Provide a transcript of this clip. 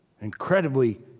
incredibly